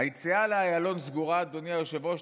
היציאה לאיילון סגורה, אדוני היושב-ראש.